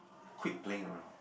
quit playing around